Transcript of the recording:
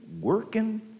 working